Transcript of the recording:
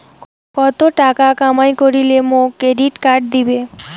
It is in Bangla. কত টাকা কামাই করিলে মোক ক্রেডিট কার্ড দিবে?